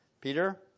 Peter